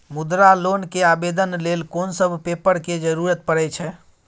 मुद्रा लोन के आवेदन लेल कोन सब पेपर के जरूरत परै छै?